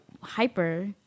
hyper